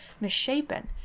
misshapen